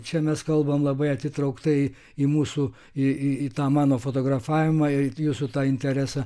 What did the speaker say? čia mes kalbam labai atitrauktai į mūsų į tą mano fotografavimą ir jūsų tą interesą